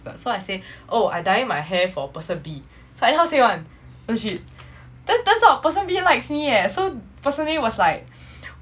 so I say oh I dying my hair for person b so I anyhow say [one] legit then turns out person b really likes me leh so person a was like